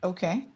Okay